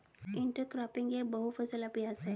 intercropping एक बहु फसल अभ्यास है